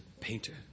painter